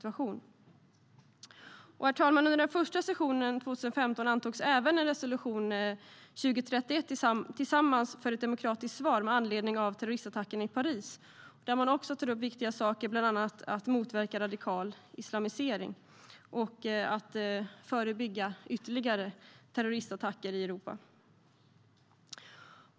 Under den första sessionen 2015 antogs även resolution 2031, Tillsammans för ett demokratiskt svar , med anledning av terroristattackerna i Paris, där man tar upp viktiga saker, bland annat att motverka radikal islamisering och att förebygga ytterligare terroristattacker i Europa.